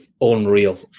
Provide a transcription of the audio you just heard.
unreal